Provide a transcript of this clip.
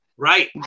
Right